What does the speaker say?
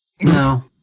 No